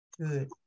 Good